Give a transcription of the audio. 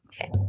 Okay